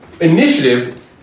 Initiative